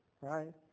right